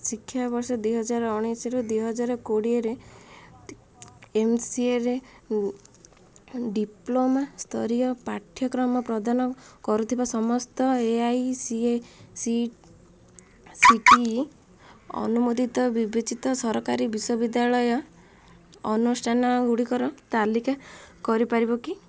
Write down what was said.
ଶିକ୍ଷାବର୍ଷ ଦୁଇହଜାର ଉଣେଇଶ ଦୁଇହଜାର କୋଡ଼ିଏରେ ଏମ୍ସିଏରେ ଡିପ୍ଲୋମା ସ୍ତରୀୟ ପାଠ୍ୟକ୍ରମ ପ୍ରଦାନ କରୁଥିବା ସମସ୍ତ A I C C T E ଅନୁମୋଦିତ ବିବେଚିତ ସରକାରୀ ବିଶ୍ୱବିଦ୍ୟାଳୟ ଅନୁଷ୍ଠାନ ଗୁଡ଼ିକର ତାଲିକା କରିପାରିବ କି